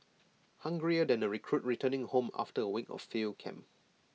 hungrier than A recruit returning home after A week of field camp